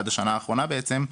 עד השנה האחרונה בעצם,